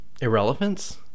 irrelevance